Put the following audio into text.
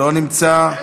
לא נמצא.